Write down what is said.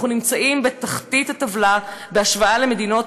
אנחנו נמצאים בתחתית הטבלה בהשוואה למדינות